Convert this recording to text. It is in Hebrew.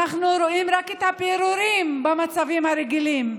אנחנו רואים רק את הפירורים במצבים הרגילים,